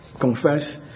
confess